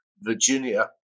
Virginia